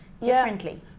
differently